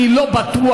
אני לא בטוח,